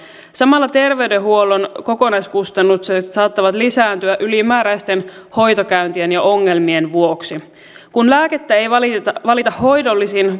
samalla terveydenhuollon kokonaiskustannukset saattavat lisääntyä ylimääräisten hoitokäyntien ja ongelmien vuoksi kun lääkettä ei valita valita hoidollisin